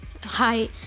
hi